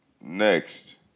next